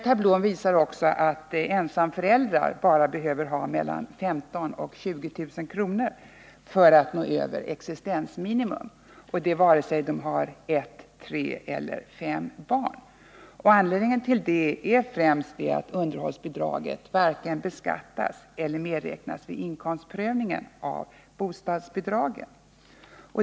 Tablån visar också att ensamföräldrar bara behöver ha inkomster på mellan 15 000 och 20 000 kr. för att nå över existensminimum, detta vare sig de har ett, tre eller fem barn. Anledningen till det är främst att underhållsbidraget varken beskattas eller medräknas vid inkomstprövningen av bostadsbidragen.